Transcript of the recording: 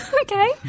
Okay